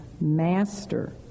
Master